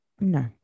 No